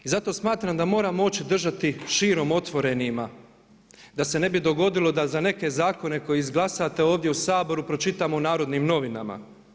I zato smatram da moram oči držati širom otvorenima da se ne bi dogodilo da za neke zakone koje izglasate ove u Saboru pročitamo u Narodnim novinama.